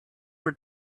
were